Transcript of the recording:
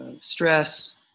stress